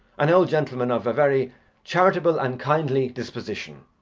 an old gentleman of a very charitable and kindly disposition,